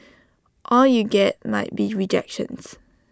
all you get might be rejections